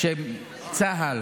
כשצה"ל